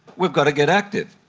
we've got to get active.